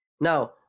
Now